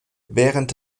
während